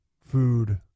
food